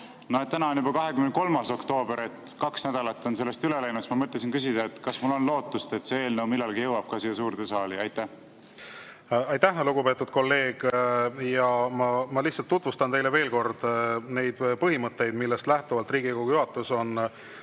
Kuna täna on juba 23. oktoober, kaks nädalat on üle läinud, siis ma mõtlesin küsida, kas mul on lootust, et see eelnõu millalgi jõuab siia suurde saali. Aitäh, lugupeetud kolleeg! Ma tutvustan teile veel kord neid põhimõtteid, millest lähtuvalt Riigikogu juhatus on